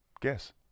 Guess